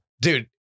dude